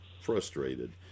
frustrated